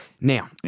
Now